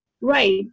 Right